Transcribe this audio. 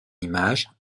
image